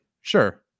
sure